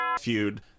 feud